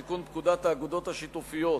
ראשונה: 1. הצעת חוק לתיקון פקודת האגודות השיתופיות